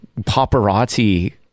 paparazzi